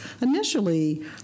initially